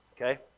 Okay